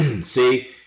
See